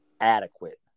adequate